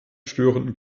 störenden